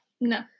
No